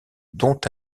dont